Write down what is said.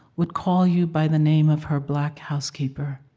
would call you by the name of her black housekeeper?